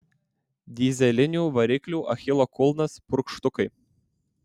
dyzelinių variklių achilo kulnas purkštukai